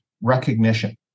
recognition